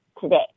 today